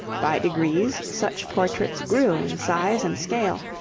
by degrees such portraits grew in size and scale,